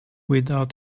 without